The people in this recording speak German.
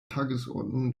tagesordnung